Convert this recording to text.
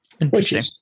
Interesting